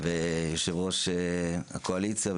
יושב-ראש הקואליציה,